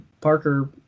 Parker